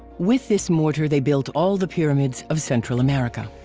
with this mortar they built all the pyramids of central america.